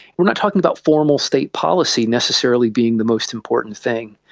we are not talking about formal state policy necessarily being the most important thing.